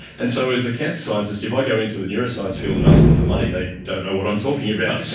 and so as a cancer scientist, if i go into the neuroscience field and ask them for money, they don't know what i'm talking about,